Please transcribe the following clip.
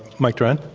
mike doran.